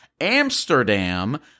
Amsterdam